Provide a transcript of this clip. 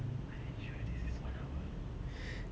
are you sure this is one hour